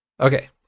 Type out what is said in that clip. Okay